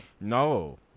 No